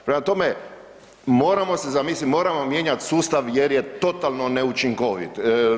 Prema tome, moramo se zamisliti, moramo mijenjati sustav jer je totalno neučinkovit.